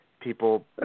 people